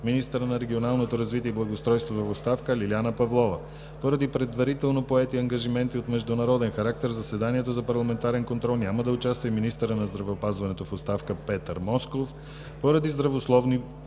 министърът на регионалното развитие и благоустройството в оставка Лиляна Павлова. Поради предварително поети ангажименти от международен характер, в заседанието за парламентарен контрол няма да участва и министърът на здравеопазването в оставка Петър Москов. Поради здравословни